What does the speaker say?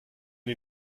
wir